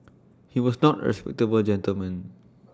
he was not respectable gentleman